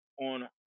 on